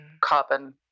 carbon